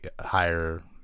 higher –